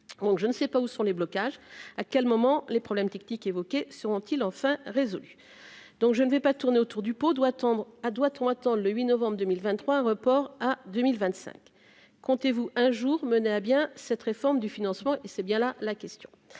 je ne sais pas où sont les blocages à quel moment les problèmes techniques évoqués seront-t-il enfin résolu, donc je ne vais pas tourner autour du pot doit tendre à droite, on attend le 8 novembre 2023 report à 2025, comptez-vous un jour mener à bien cette réforme du financement et c'est bien là la question